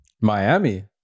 Miami